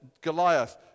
Goliath